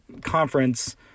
conference